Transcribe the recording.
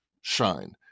shine